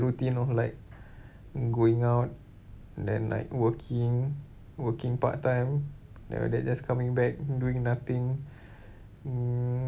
routine of like going out then like working working part time then after that just coming back doing nothing mm